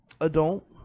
adult